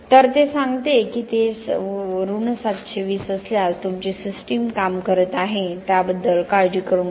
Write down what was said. तर ते सांगते की ते 720 असल्यास तुमची सिस्टम काम करत आहे त्याबद्दल काळजी करू नका